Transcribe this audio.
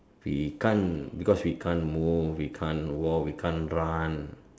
we can't because we can't move we can't walk we can't run